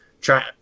try